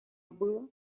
было